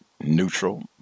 Neutral